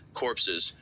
corpses